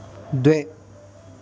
द्वे